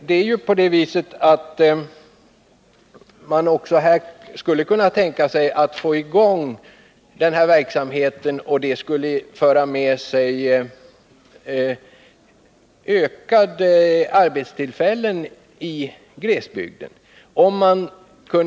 Om man kunde utvidga plockandet och skapa en förädlingsindustri, skulle det föra med sig ökade arbetstillfällen i glesbygden.